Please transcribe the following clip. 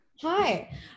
Hi